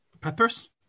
Peppers